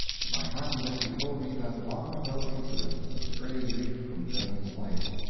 to my happiness, he told me that long-ago incident the stray leaf from joan's life,